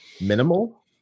minimal